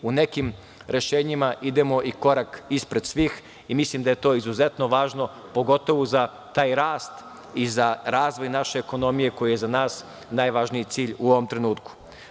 U nekim rešenjima idemo i korak ispred svih i mislim da je to izuzetno važno, pogotovo za taj rast i za razvoj naše ekonomije koji je za nas najvažniji cilj u ovom trenutku.